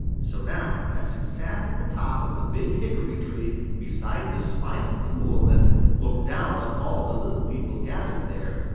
so now, as he sat in the top of the big hickory-tree beside the smiling pool and looked down on all the little people gathered there,